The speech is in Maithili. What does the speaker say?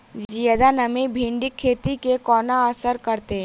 जियादा नमी भिंडीक खेती केँ कोना असर करतै?